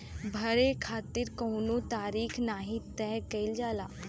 भरे खातिर कउनो तारीख नाही तय कईल जाला